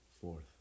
fourth